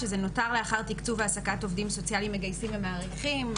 שזה נותר לאחר תקצוב העסקת עובדים סוציאליים מגייסים ומעריכים.